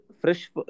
fresh